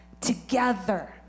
together